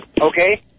okay